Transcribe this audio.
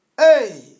Hey